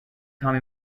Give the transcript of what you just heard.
tommy